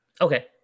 Okay